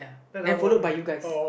then follow by you guys